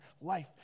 life